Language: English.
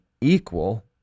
equal